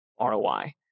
ROI